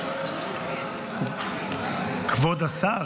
עתיד): כבוד השר,